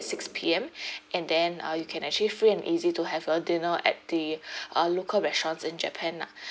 six P_M and then uh you can actually free and easy to have a dinner at the uh local restaurants in japan ah